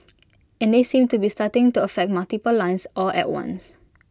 and they seem to be starting to affect multiple lines all at once